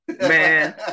Man